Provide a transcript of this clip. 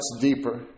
deeper